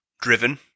Driven